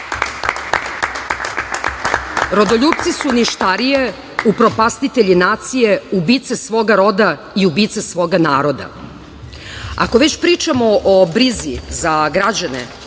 Rodoljupci su ništarije, upropastitelji nacije, ubice svoga roda i ubice svoga naroda."Ako već pričamo o brizi za građane